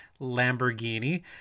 Lamborghini